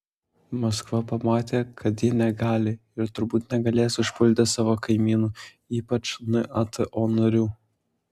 maskva pamatė kad ji negali ir turbūt negalės užpulti savo kaimynų ypač nato narių